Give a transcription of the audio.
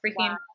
freaking